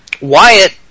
Wyatt